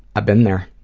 i've been there.